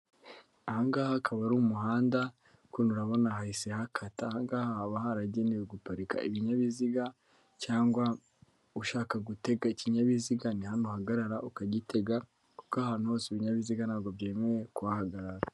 Aha ngaha hakaba ari umuhanda ,kunu urabona ko hahise hakata ,ahangaha haba haragenewe guparika ibinyabiziga cyangwa ushaka gutega ikinyabiziga ni hano uhagarara ukagitega. Kuko ahantu hose ibinyabiziga ntibyemerewe kuhahagarara.